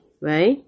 right